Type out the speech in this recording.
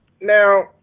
now